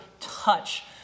touch